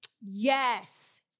Yes